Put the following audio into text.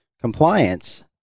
compliance